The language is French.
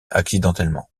accidentellement